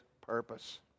purpose